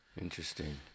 Interesting